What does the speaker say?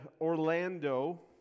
Orlando